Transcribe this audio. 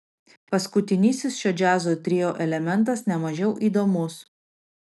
paskutinysis šio džiazo trio elementas ne mažiau įdomus